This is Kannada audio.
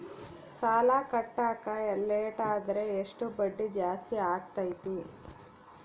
ಸಾಲ ಕಟ್ಟಾಕ ಲೇಟಾದರೆ ಎಷ್ಟು ಬಡ್ಡಿ ಜಾಸ್ತಿ ಆಗ್ತೈತಿ?